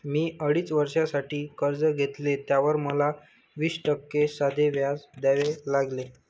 मी अडीच वर्षांसाठी कर्ज घेतले, त्यावर मला वीस टक्के साधे व्याज द्यावे लागले